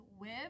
whip